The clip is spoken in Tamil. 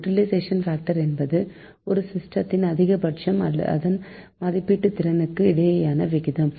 யுடிளைசேஷன் பாக்டர் என்பது ஒரு சிஸ்டத்தின் அதிகபட்சம்கும் அதன் மதிப்பிடப்பட்டதிறனுக்கும் இடையேயான விகிதம்